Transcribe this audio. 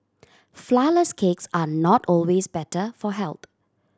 flourless cakes are not always better for health